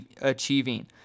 achieving